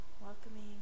welcoming